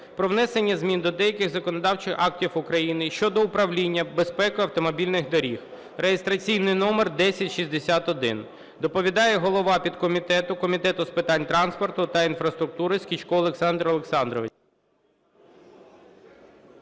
про внесення змін до деяких законодавчих актів України щодо управління безпекою автомобільних доріг (реєстраційний номер 1061). Доповідає голова підкомітету Комітету з питань транспорту та інфраструктури Скічко Олександр Олександрович.